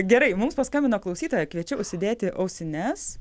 gerai mums paskambino klausytoja kviečiau užsidėti ausines